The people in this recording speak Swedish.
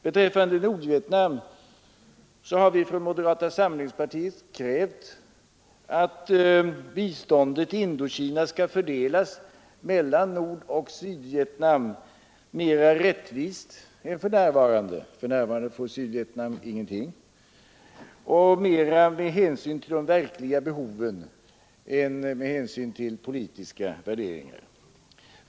Beträffande Nordvietnam har vi från moderata samlingspartiet krävt att biståndet till Indokina skall fördelas mellan Nordoch Sydvietnam mera rättvist än för närvarande — nu får Sydvietnam ingenting — och mera med hänsyn till de verkliga behoven än med hänsyn till politiska värderingar.